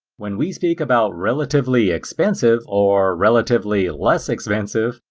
when we speak about relatively expensive or relatively less expensive,